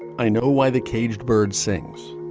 i know why the caged bird sings.